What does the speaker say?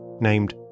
named